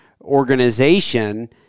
organization